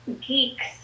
geeks